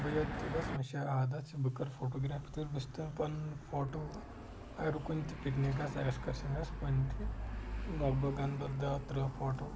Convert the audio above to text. بہٕ یوٚت تہِ گژھ مےٚ چھُ عادت چھُ بہٕ کرٕ فوٹوگراف تہٕ وٕچھ تہٕ پنُن فوٹو ہر کُنہِ تہِ پِکنکس اٮ۪کٕسکرشن گژھٕ کُنہِ تہِ لگ بگ انہٕ بہٕ دہ تٕرٕہ فوٹو